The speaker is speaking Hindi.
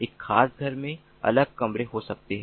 एक खास घर में अलग कमरे हो सकते हैं